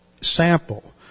sample